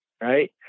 right